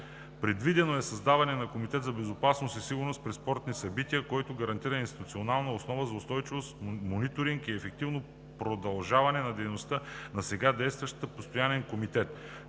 Предвидено е създаването на Комитет за безопасност и сигурност при спортни събития, който гарантира институционална основа за устойчивост, мониторинг и ефективно продължаване дейността на сега действащия Постоянен комитет.